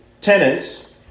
tenants